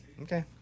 Okay